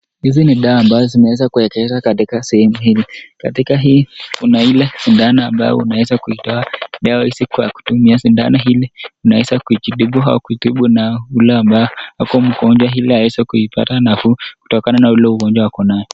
Hizi ni dawa ambazo zimeweza kuwekwa katika sehemu hili. Katika hii kuna ile sindano ambayo unaweza kuitoa dawa siku ya kutumia. Sindano hili unaweza kuitibu au kuitibu nayo yule ambayo yuko mkonjwa ili awese kuipata nafuu kutokana na ule ugonjwa ako naye.